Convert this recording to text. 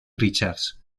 richards